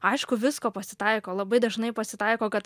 aišku visko pasitaiko labai dažnai pasitaiko kad